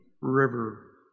river